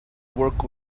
work